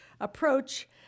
approach